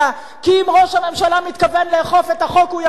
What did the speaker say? כי אם ראש הממשלה מתכוון לאכוף את החוק, הוא יכול.